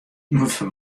foar